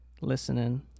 listening